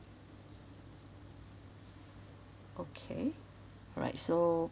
okay alright so